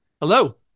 Hello